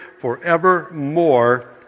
forevermore